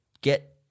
get